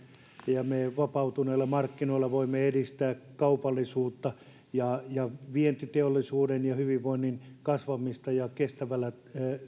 ja vapautuneilla markkinoilla me voimme edistää kaupallisuutta ja ja vientiteollisuuden ja hyvinvoinnin kasvamista ja kestävällä